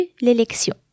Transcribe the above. l'élection